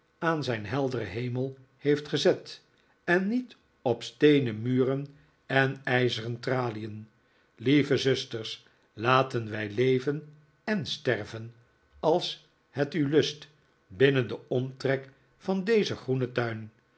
aan zijn helderen hemel heeft gezet en niet op steenen muren en ijzeren tralien lieve zusters laten wij leven en sterven als het u lust binnen den omtrek van dezen groenen tuin